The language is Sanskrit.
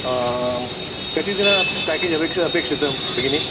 कति दिन पेकेज् अपे अपेक्षते भगिनी